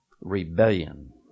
rebellion